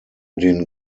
den